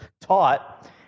taught